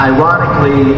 Ironically